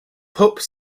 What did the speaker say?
pope